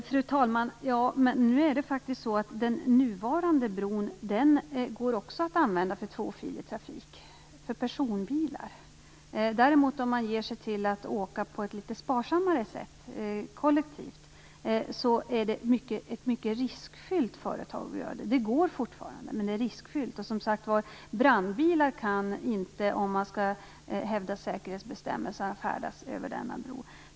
Fru talman! Den nuvarande bron går faktiskt också att använda för tvåfilig trafik - för personbilar. Det är däremot ett mycket riskfyllt företag att åka på ett litet sparsammare sätt: kollektivt. Det går fortfarande, men det är riskfyllt. Och om man skall hävda säkerhetsbestämmelserna kan, som sagt, brandbilar inte färdas över denna bro.